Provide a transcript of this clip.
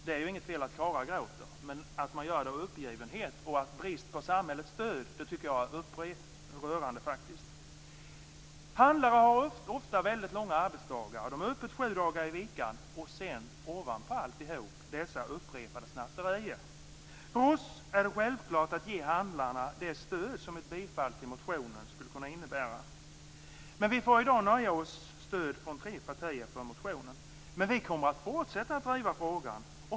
Det är inget fel i att karlar gråter men att man gör det av uppgivenhet och av brist på samhällets stöd tycker jag faktiskt är upprörande. Handlare har ofta väldigt långa arbetsdagar. De har öppet sju dagar i veckan. Ovanpå allt skall de sedan ha dessa upprepade snatterier. För oss är det en självklarhet att ge handlarna det stöd som ett bifall till motionen skulle kunna innebära. Men vi får i dag nöja oss med att tre partier stöder motionen. Vi kommer dock att fortsätta att driva frågan.